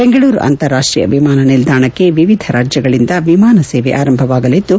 ಬೆಂಗಳೂರು ಅಂತಾರಾಷ್ವೀಯ ವಿಮಾನ ನಿಲ್ದಾಣಕ್ಕೆ ವಿವಿಧ ರಾಜ್ಯಗಳಿಂದ ವಿಮಾನ ಸೇವೆ ಆರಂಭವಾಗಲಿದ್ದು